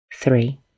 three